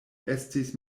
estis